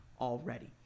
already